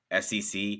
SEC